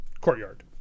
courtyard